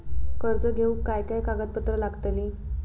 कर्ज घेऊक काय काय कागदपत्र लागतली?